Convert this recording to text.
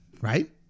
right